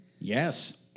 Yes